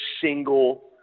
single